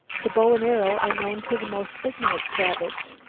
the bow and arrow are known to the most ignorant savage.